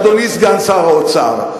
אדוני סגן שר האוצר.